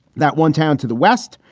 that one town to the west,